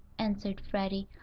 answered freddie.